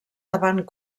davant